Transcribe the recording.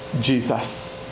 Jesus